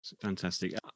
Fantastic